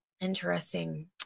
Interesting